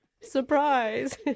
Surprise